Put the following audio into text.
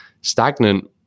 stagnant